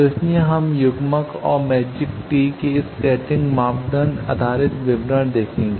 तो इसीलिए हम युग्मक और मैजिक टी के स्कैटरिंग मापदंड आधारित विवरण देखेंगे